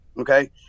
Okay